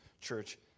church